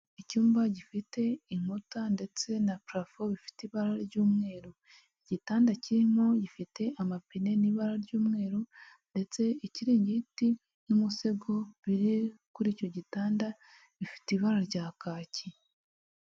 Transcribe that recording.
Icyumba gifite inkuta ndetse na parafo bifite ibara ry'umweru, igitanda kirimo gifite amapine n'i ibara ry'umweru, ndetse ikiringiti n'umusego biri kuri icyo gitanda bifite ibara rya kaki.